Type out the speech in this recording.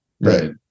right